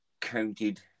counted